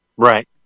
Right